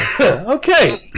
okay